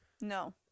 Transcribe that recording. no